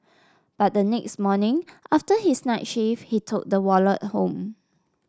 but the next morning after his night shift he took the wallet home